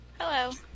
Hello